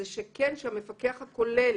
זה שהמפקח הכולל